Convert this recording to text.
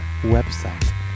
website